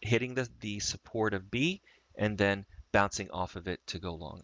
hitting the, the supportive of b and then bouncing off of it to go long.